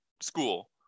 school